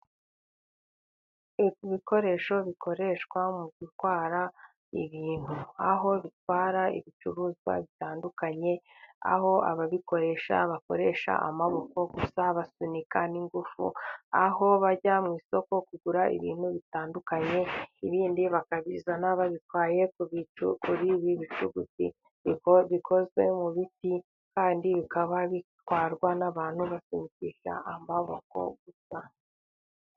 Ibikoresho bikoreshwa mu gutwara ibintu, aho bitwara ibicuruzwa bitandukanye, aho ababikoresha bakoresha amaboko gusa basunika n'ingufu, aho bajya mu isoko kugura ibintu bitandukanye ibindi bakabizana babitwaye kuri ibi bicuruguti bikozwe mu biti, kandi bikaba bitwarwa n'abantu basunikisha amaboko.....